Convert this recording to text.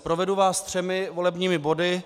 Provedu vás třemi volebními body.